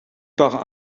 part